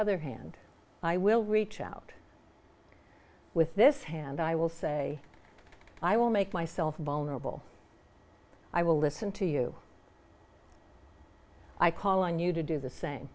other hand i will reach out with this hand i will say i will make myself vulnerable i will listen to you i call on you to do the same